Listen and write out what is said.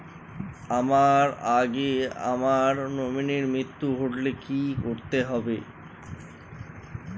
আমার আগে আমার নমিনীর মৃত্যু ঘটলে কি করতে হবে?